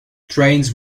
trains